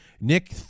Nick